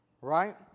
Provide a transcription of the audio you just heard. Right